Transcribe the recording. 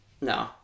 No